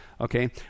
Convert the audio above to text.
Okay